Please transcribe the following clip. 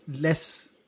less